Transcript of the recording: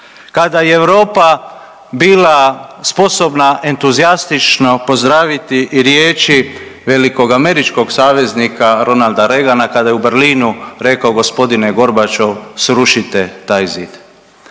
Kada je Europa bila sposobna entuzijastično pozdraviti i riječi velikog američkog saveznika Ronalda Regana kada je u Berlinu rekao gospodine Gorbačov srušite taj zid.